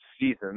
season